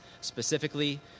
specifically